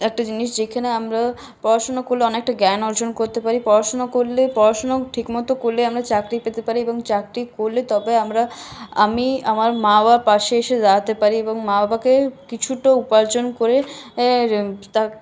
একটা জিনিস যেখানে আমরা পড়াশোনা করলে অনেকটা জ্ঞ্যান অর্জন করতে পারি পড়াশোনা করলে পড়াশোনা ঠিক মতো করলে আমরা চাকরি পেতে পারি এবং চাকরি করলে তবে আমরা আমি আমার মা বাবার পাশে এসে দাঁড়াতে পারি এবং মা বাবাকে কিছুটা উপার্জন করে